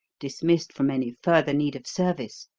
dismissed from any further need of service,